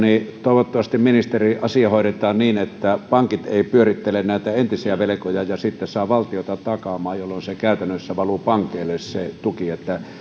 toivottavasti ministeri asia hoidetaan niin että pankit eivät pyörittele näitä entisiä velkoja ja sitten saa valtiota takaamaan jolloin se tuki käytännössä valuu pankeille